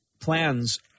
plans